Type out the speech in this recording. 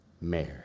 Mary